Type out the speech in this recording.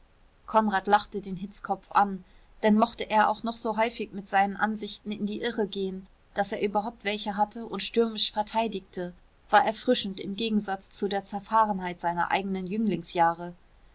konrad lachte den hitzkopf an denn mochte er auch noch so häufig mit seinen ansichten in die irre gehen daß er überhaupt welche hatte und stürmisch verteidigte war erfrischend im gegensatz zu der zerfahrenheit seiner eigenen